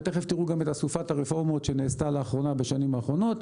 ותיכף תיראו גם את אסופת הרפורמות שנעשתה בשנים האחרונות.